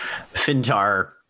Fintar